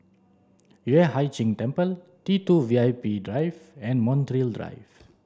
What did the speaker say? Yueh Hai Ching Temple T two V I P Drive and Montreal Drive